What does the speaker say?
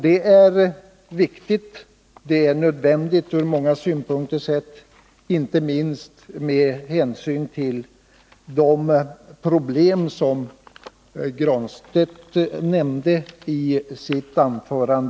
Det är viktigt och nödvändigt från många synpunkter, inte minst med hänsyn till de problem som Pär Granstedt nämnde i sitt anförande.